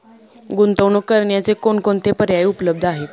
गुंतवणूक करण्याचे कोणकोणते पर्याय उपलब्ध आहेत?